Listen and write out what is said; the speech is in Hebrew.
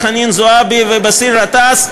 לחנין זועבי ולבאסל גטאס,